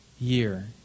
year